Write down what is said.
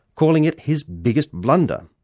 calling it his biggest blunder.